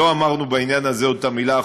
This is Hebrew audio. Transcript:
לא אמרנו בעניין הזה עוד את המילה האחרונה.